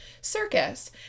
circus